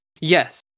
Yes